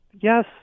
Yes